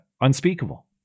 unspeakable